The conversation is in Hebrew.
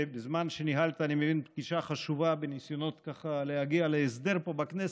בזמן שניהלת פגישה חשובה בניסיונות להגיע להסדר פה בכנסת,